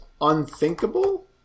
Unthinkable